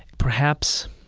perhaps,